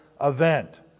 event